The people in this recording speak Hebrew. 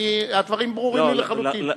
הדברים ברורים לי לחלוטין.